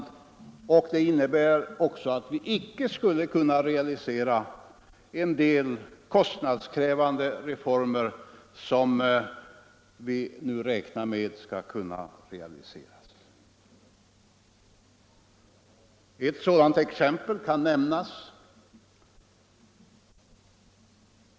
Det skulle också innebära att vi icke kunde genomföra en del kostnadskrävande reformer, som vi nu räknar med skall kunna realiseras. Ett par exempel kan nämnas.